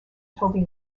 toby